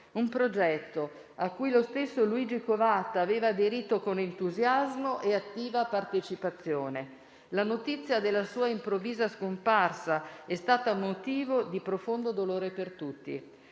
un progetto a cui lo stesso Luigi Covatta aveva aderito con entusiasmo e attiva partecipazione. La notizia della sua improvvisa scomparsa è stata motivo di profondo dolore per tutti,